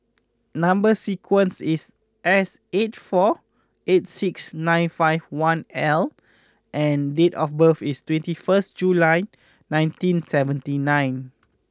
number sequence is S four three eight six nine five one L and date of birth is twenty first July nineteen seventy nine